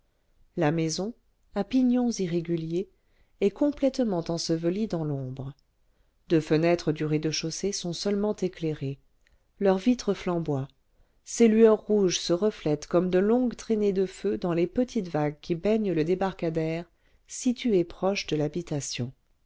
la maison à pignons irréguliers est complètement ensevelie dans l'ombre deux fenêtres du rez-de-chaussée sont seulement éclairées leurs vitres flamboient ces lueurs rouges se reflètent comme de longues traînées de feu dans les petites vagues qui baignent le débarcadère situé proche de l'habitation